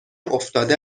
افتاده